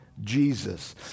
Jesus